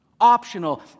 optional